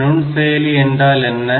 ஆக நுண்செயலி என்றால் என்ன